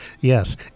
Yes